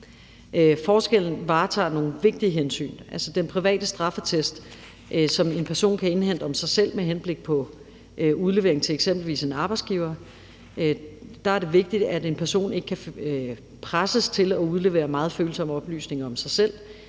Forskellen varetager nogle vigtige hensyn. Med hensyn til den private straffeattest, som en person kan indhente om sig selv med henblik på udlevering til eksempelvis en arbejdsgiver, er det vigtigt, at en person ikke kan presses til at udlevere meget følsomme oplysninger om sig selv.